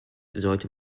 sollte